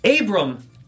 Abram